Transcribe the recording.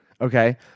Okay